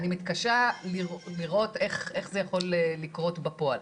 אני מתקשה לראות איך זה יכול לקרות בפועל.